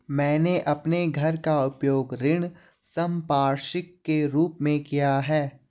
मैंने अपने घर का उपयोग ऋण संपार्श्विक के रूप में किया है